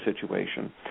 situation